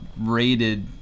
rated